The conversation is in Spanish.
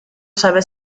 sabe